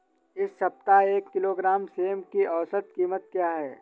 इस सप्ताह एक किलोग्राम सेम की औसत कीमत क्या है?